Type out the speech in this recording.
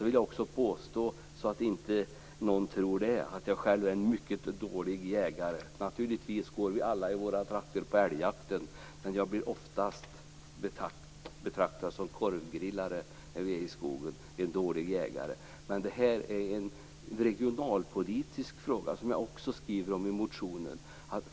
För att ingen skall tro något, vill jag säga att jag själv är en mycket dålig jägare. Naturligtvis går vi alla, i våra trakter, på älgjakten, men jag blir oftast betraktad som korvgrillare när vi är i skogen. Jag är en dålig jägare. Men det här är en regionalpolitisk fråga. Det skriver jag också i interpellationen.